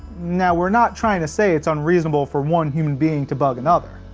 now we're not trying to say it's unreasonable for one human being to bug another.